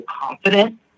confident